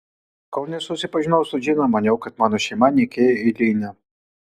kol nesusipažinau su džina maniau kad mano šeima nykiai eilinė